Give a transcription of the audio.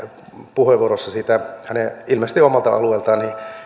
puheenvuorossa huomiota siihen että hän puhui ilmeisesti oman alueensa